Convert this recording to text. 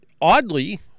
oddly